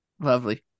Lovely